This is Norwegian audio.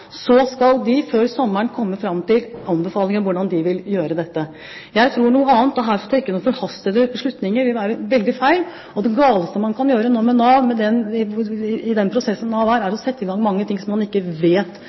Så skal de, før sommeren, komme fram til anbefalinger om hvordan de vil gjøre dette. Jeg tror noe annet – som å trekke noen forhastede slutninger – vil være veldig feil. Det galeste man kan gjøre med Nav i den prosessen Nav nå er i, er å sette i gang mange ting som man ikke vet